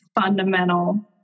fundamental